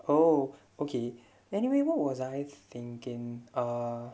oh okay anyway what was I thinking ah